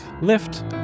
lift